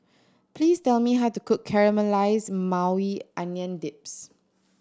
please tell me how to cook Caramelized Maui Onion Dips